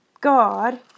God